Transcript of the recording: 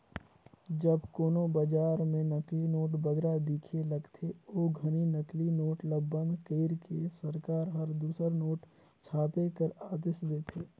जब कोनो बजार में नकली नोट बगरा दिखे लगथे, ओ घनी नकली नोट ल बंद कइर के सरकार हर दूसर नोट छापे कर आदेस देथे